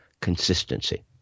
consistency